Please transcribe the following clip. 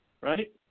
right